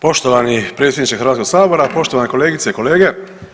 Poštovani predsjedniče Hrvatskog sabora, poštovane kolegice i kolege.